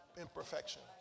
imperfection